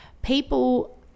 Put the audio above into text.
People